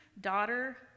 daughter